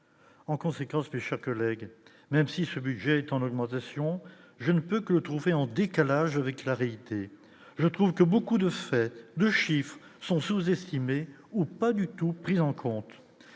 en conséquence, mes chers collègues, même si ce budget est en augmentation, je ne peux que trouver en décalage avec la réalité, je trouve que beaucoup de faits de chiffres sont sous-estimés, ou pas du tout pris en compte,